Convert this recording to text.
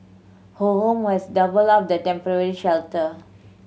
her home has doubled up the temporary shelter